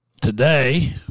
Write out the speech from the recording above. today